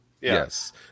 yes